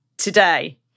today